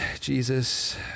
Jesus